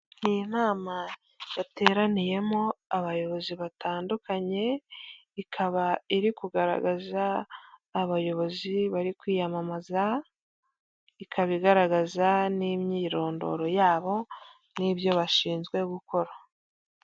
Ni inama yateraniyemo abayobozi batandukanye, ikaba iri kugaragaza abayobozi bari kwiyamamaza, ikaba igaragaza n'imyirondoro yabo, n'ibyo bashinzwe gukora.